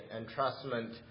entrustment